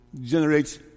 generates